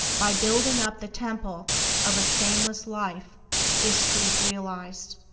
by building up the temple of a stainless life is truth realized.